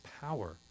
power